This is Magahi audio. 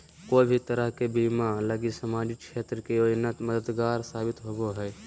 कोय भी तरह के बीमा लगी सामाजिक क्षेत्र के योजना मददगार साबित होवो हय